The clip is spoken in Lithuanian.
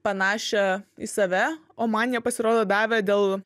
panašią į save o man jie pasirodo davė dėl